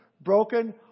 broken